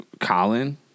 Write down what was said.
Colin